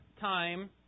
time